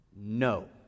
no